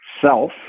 self